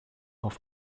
auf